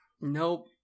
nope